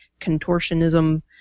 contortionism